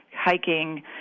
hiking